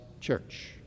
church